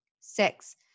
Six